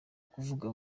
kuvuga